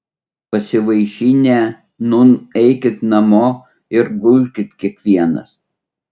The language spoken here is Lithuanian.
pasivaišinę nūn eikit namo ir gulkit kiekvienas